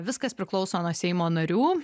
viskas priklauso nuo seimo narių